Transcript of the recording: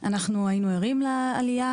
אנחנו היינו ערים לעלייה,